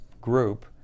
group